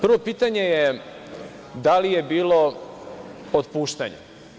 Prvo pitanje je da li je bilo otpuštanja?